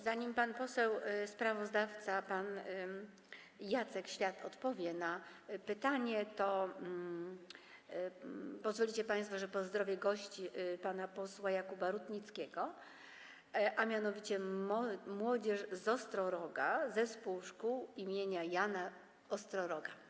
Zanim poseł sprawozdawca pan Jacek Świat odpowie na pytanie, pozwolicie państwo, że pozdrowię gości pana posła Jakuba Rutnickiego, a mianowicie młodzież z Ostroroga, z Zespołu Szkół im. Jana Ostroroga.